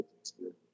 experience